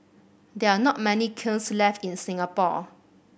there are not many kilns left in Singapore